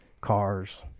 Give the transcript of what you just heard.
cars